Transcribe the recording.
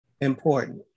important